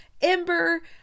Ember